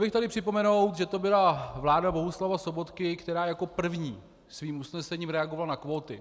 Chtěl bych tady připomenout, že to byla vláda Bohuslava Sobotky, která jako první svým usnesením reagovala na kvóty.